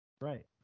Right